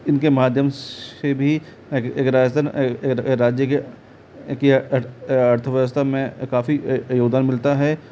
इनके माध्यम से भी राजस्थान राज्य की अर्थ व्यवस्था में काफ़ी या योगदान मिलता है